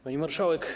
Pani Marszałek!